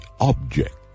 object